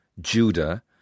Judah